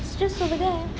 it's just over there